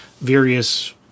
various